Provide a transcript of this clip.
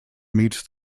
meets